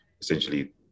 essentially